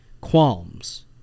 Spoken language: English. qualms